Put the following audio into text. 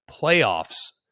playoffs